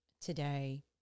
today